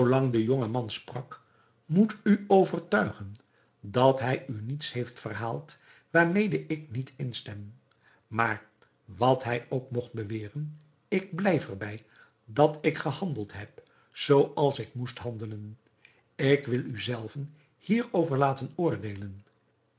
de jonge man sprak moet u overtuigen dat hij u niets heeft verhaald waarmede ik niet instem maar wat hij ook mogt beweren ik blijf er bij dat ik gehandeld heb zoo als ik moest handelen ik wil u zelven hierover laten oordeelen